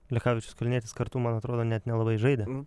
lekavičius kalnietis kartu man atrodo net nelabai žaidė